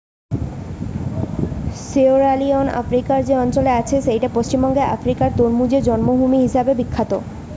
Sierra Leone আফ্রিকার যে অঞ্চলে আছে সেইটা পশ্চিম আফ্রিকার তরমুজের জন্মভূমি হিসাবে বিখ্যাত